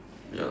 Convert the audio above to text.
ya